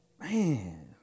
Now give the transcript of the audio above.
Man